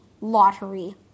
lottery